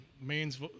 mains